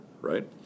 right